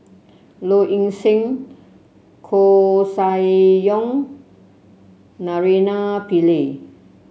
Low Ing Sing Koeh Sia Yong Naraina Pillai